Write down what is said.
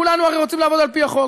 כולנו הרי רוצים לעבוד לפי החוק,